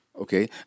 Okay